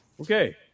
Okay